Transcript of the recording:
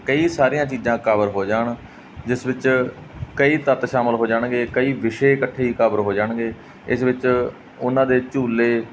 ਕਈ ਸਾਰੀਆਂ ਚੀਜ਼ਾਂ ਕਵਰ ਹੋ ਜਾਣ ਜਿਸ ਵਿੱਚ ਕਈ ਤੱਤ ਸ਼ਾਮਿਲ ਹੋ ਜਾਣਗੇ ਕਈ ਵਿਸ਼ੇ ਇਕੱਠੇ ਹੀ ਕਵਰ ਹੋ ਜਾਣਗੇ ਇਸ ਵਿੱਚ ਉਹਨਾਂ ਦੇ ਝੂਲੇ